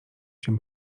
się